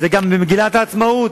זה גם במגילת העצמאות,